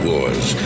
Wars